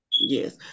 Yes